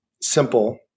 simple